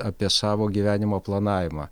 apie savo gyvenimo planavimą